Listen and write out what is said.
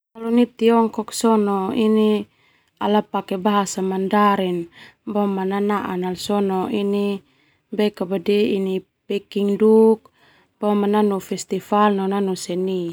Tiongkok ala pake bahasa Mandarin nanaa sona pekinduk nanu festival no seni.